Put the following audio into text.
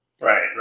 Right